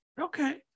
Okay